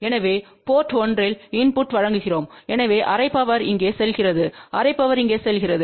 எனவே போர்ட் 1 இல் இன்புட்டை வழங்குகிறோம் எனவே அரை பவர் இங்கே செல்கிறது அரை பவர் இங்கே செல்கிறது